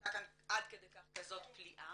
שהייתה כאן עד כדי כך כזאת פליאה.